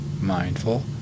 mindful